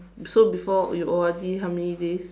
so before you O_R_D how many days